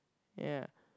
ya